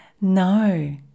No